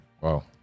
Wow